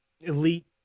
elite